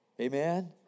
Amen